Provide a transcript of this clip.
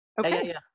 Okay